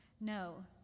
No